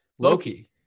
Loki